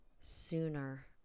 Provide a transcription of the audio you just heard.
sooner